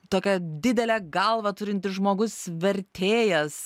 tokią didelę galvą turintis žmogus vertėjas